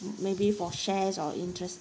maybe for shares or interests